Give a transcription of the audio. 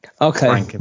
okay